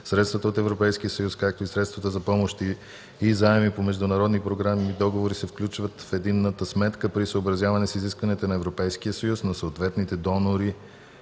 Средствата от Европейския съюз, както и средствата за помощи и заеми по международни програми и договори се включват в единната сметка при съобразяване с изискванията на Европейския съюз, на съответните